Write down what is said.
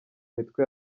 mitwe